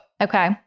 Okay